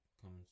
comes